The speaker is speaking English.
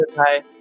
hi